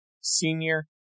senior